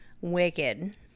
wicked